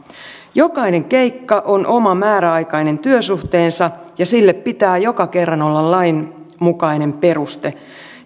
jokainen keikka on oma määräaikainen työsuhteensa ja sille pitää joka kerta olla lainmukainen peruste